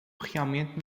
realmente